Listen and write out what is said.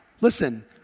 Listen